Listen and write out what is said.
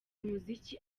umuziki